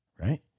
right